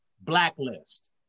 Blacklist